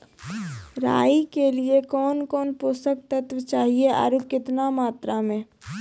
राई के लिए कौन कौन पोसक तत्व चाहिए आरु केतना मात्रा मे?